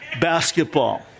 basketball